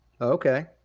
Okay